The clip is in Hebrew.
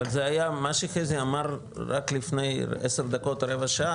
אבל זה היה מה שחזי אמר רק לפני עשר דקות-רבע שעה,